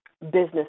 business